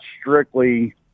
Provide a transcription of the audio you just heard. strictly